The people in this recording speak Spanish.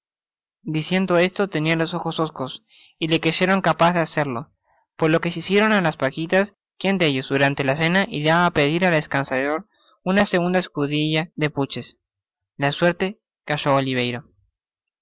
diciendo esto tenia los ojos hoscos y le creyeron capaz de hacerlo por lo que se hicieron á las pajitas quien de ellos durante la cena iria á pedir al escanciador una segunda escudilla de puches la suerte cayó á oliverio